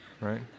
right